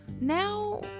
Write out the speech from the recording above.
Now